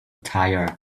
tire